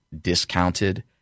discounted